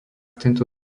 tento